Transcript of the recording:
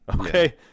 Okay